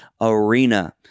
arena